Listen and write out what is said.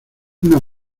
una